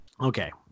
Okay